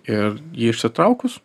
ir jį išsitraukus